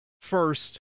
First